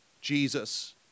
Jesus